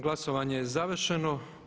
Glasovanje je završeno.